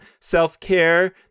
self-care